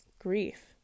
grief